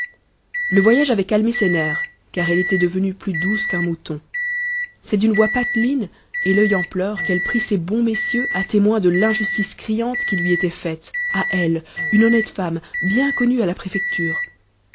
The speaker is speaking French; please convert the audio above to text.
le voyage avait calmé ses nerfs car elle était devenue plus douce qu'un mouton c'est d'une voix pateline et l'œil en pleurs qu'elle prit ces bons messieurs à témoin de l'injustice criante qui lui était faite à elle une honnête femme bien connue à la préfecture